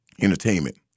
Entertainment